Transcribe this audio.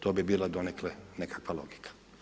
To bi bila donekle nekakva logika.